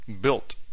built